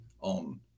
on